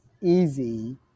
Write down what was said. easy